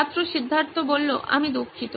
ছাত্র সিদ্ধার্থ আমি দুঃখিত